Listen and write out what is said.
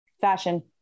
fashion